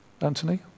Anthony